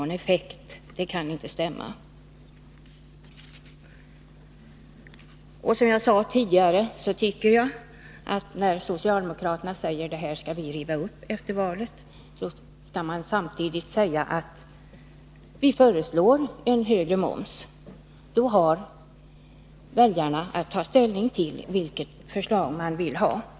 Socialdemokraternas resonemang kan inte stämma. Som jag tidigare sade tycker jag att socialdemokraterna när de framhåller att de skall riva upp den här frågan efter valet, samtidigt också skall säga att de kommer att föreslå en momshöjning. Då kan väljarna ta ställning till vilket förslag som de vill ha genomfört.